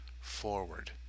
forward